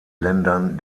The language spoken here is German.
ländern